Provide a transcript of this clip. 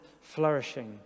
flourishing